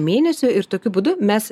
mėnesių ir tokiu būdu mes